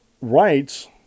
rights